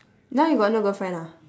now you got no girlfriend ah